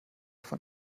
von